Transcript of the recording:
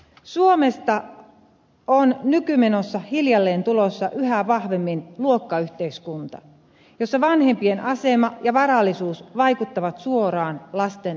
suomesta on nykymenossa hiljalleen tulossa yhä vahvemmin luokkayhteiskunta jossa vanhempien asema ja varallisuus vaikuttavat suoraan lasten tulevaisuuteen